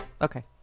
Okay